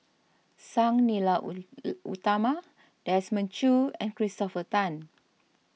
Sang Nila Utama Desmond Choo and Christopher Tan